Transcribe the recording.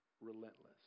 relentless